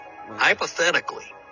Hypothetically